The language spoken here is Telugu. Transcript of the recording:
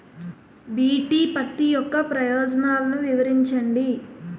బి.టి పత్తి యొక్క ప్రయోజనాలను వివరించండి?